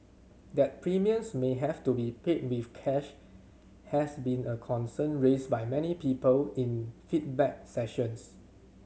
that premiums may have to be paid with cash has been a concern raised by many people in feedback sessions